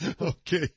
Okay